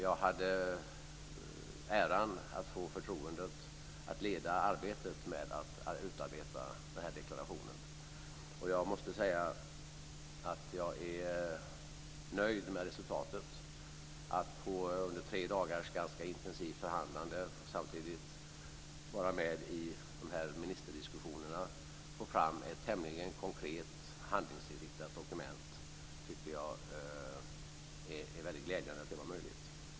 Jag hade äran att få leda arbetet med att utarbeta denna deklaration. Jag måste säga att jag är nöjd med resultatet att vi under tre dagars ganska intensivt förhandlande, då vi samtidigt var med i ministerdiskussionerna, fick fram ett tämligen konkret handlingsinriktat dokument. Jag tycker att det är väldigt glädjande att det var möjligt.